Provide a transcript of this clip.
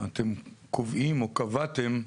אתם קובעים, או קבעתם,